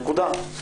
נקודה.